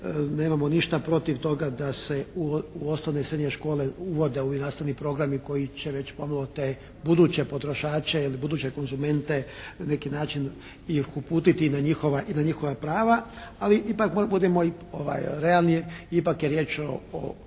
nemamo ništa protiv toga da se u osnovne i srednje škole uvode ovi nastavni programi koji će već pomalo te buduće potrošače ili buduće konzumente neki način ih uputiti i na njihova prava, ali ipak budimo realni, ipak je riječ o